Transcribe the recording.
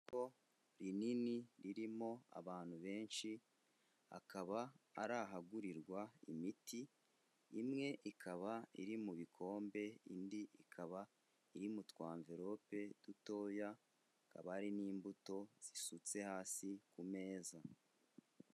Isoko rinini ririmo abantu benshi akaba ari ahagurirwa imiti, imwe ikaba iri mu bikombe indi ikaba iri mu tu amvirope dutoya, hakaba harimo imbuto zisutse hasi ku meza.